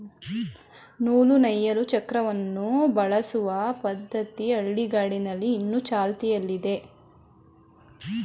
ನೂಲು ನೇಯಲು ಚಕ್ರವನ್ನು ಬಳಸುವ ಪದ್ಧತಿ ಹಳ್ಳಿಗಾಡಿನಲ್ಲಿ ಇನ್ನು ಚಾಲ್ತಿಯಲ್ಲಿದೆ